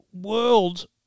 world